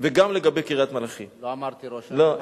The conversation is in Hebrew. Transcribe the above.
וגם לגבי קריית-מלאכי, לא אמרתי ראש-העין.